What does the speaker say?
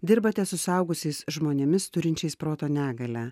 dirbate su suaugusiais žmonėmis turinčiais proto negalią